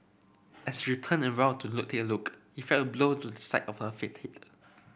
as she turned around to take a look if felt a blow to the side of her